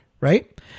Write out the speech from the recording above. right